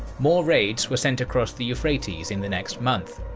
more raids were sent across the euphrates in the next month,